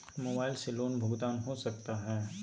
Mobile से loan भुगतान हो सकता है?